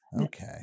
Okay